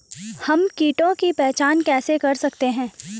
हम कीटों की पहचान कैसे कर सकते हैं?